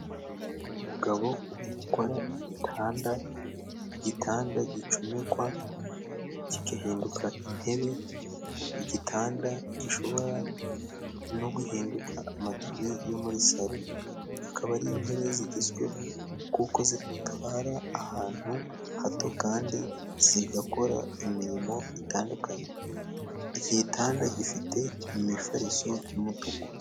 Umugabo uri gukora igitanda; igitanda gicomekwa, kigahinduka intebe; igitanda gishobora no guhinduka amadive yo muri saro akaba ari intebe zigezweho, kuko zitwara ahantu hato kandi zigakora imirimo itandukanye; igitanda gifite imifariso y' umutuku.